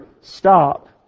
stop